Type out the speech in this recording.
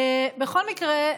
בכל מקרה,